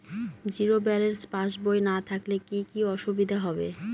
Zero balance পাসবই না থাকলে কি কী অসুবিধা হবে?